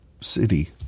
city